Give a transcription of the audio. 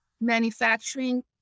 manufacturing